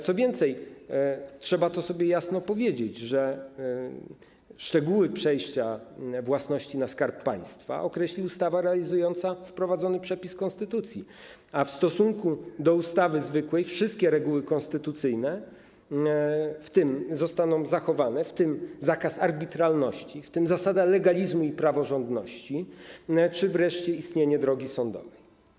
Co więcej, trzeba to sobie jasno powiedzieć, że szczegóły przejścia własności na Skarb Państwa określi ustawa realizująca wprowadzony przepis konstytucji, a w stosunku do ustawy zwykłej wszystkie reguły konstytucyjne zostaną zachowane, w tym zakaz arbitralności, w tym zasady legalizmu i praworządności czy wreszcie istnienie drogi sądowej.